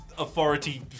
Authority